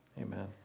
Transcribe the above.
amen